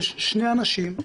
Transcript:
יש שני אנשים,